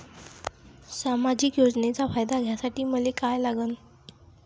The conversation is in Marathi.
सामाजिक योजनेचा फायदा घ्यासाठी मले काय लागन?